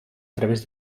través